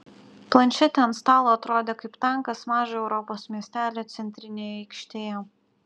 planšetė ant stalo atrodė kaip tankas mažo europos miestelio centrinėje aikštėje